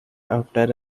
after